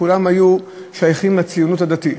כולם היו שייכים לציונות הדתית.